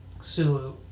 Sulu